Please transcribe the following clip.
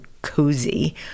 cozy